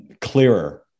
clearer